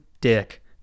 dick